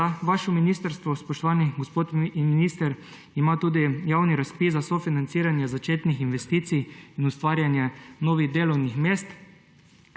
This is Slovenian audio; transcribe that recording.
Vaše ministrstvo, spoštovani gospod minister, ima tudi javni razpis za sofinanciranje začetnih investicij in ustvarjanje novih delovnih mest.